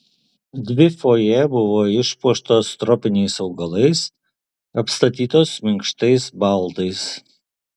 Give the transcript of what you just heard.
dvi fojė buvo išpuoštos tropiniais augalais apstatytos minkštais baldais